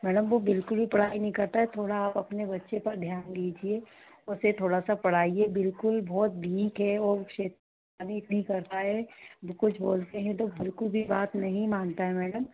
madam वो बिल्कुल भी पढ़ाई नहीं करता है थोड़ा आप अपने बच्चे पर ध्यान दीजिए उसे थोड़ा सा पढ़ाइए बिल्कुल बहुत ढीट है और फिर अभी भी कर रहा है कुछ बोलते हैं तो बिल्कुल भी बात नहीं मानता है मैडम